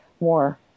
more